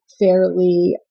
fairly